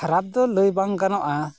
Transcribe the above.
ᱠᱷᱩᱵ ᱠᱷᱟᱨᱟᱯ ᱫᱚ ᱞᱟᱹᱭ ᱵᱟᱝ ᱜᱟᱱᱚᱜᱼᱟ